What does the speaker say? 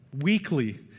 weekly